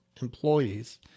employees